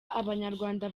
abanyarwanda